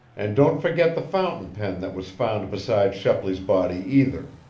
and don't forget the fountain pen that was found beside shepley's body, either!